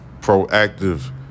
proactive